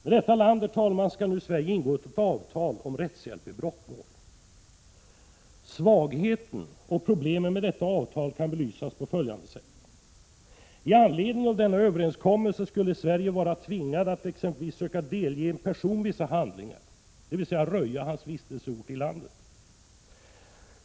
Med detta land, herr talman, skall nu Sverige ingå ett avtal om rättshjälp i brottmål. Svagheten och problemen med detta avtal kan belysas på följande sätt. I anledning av denna överenskommelse skulle Sverige vara tvingat att exempelvis söka delge en person vissa handlingar, dvs. röja hans vistelseort i landet.